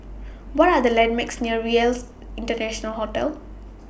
What Are The landmarks near RELC International Hotel